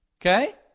Okay